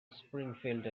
springfield